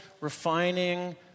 refining